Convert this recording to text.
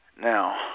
now